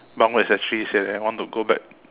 bunk mate actually said that want to go back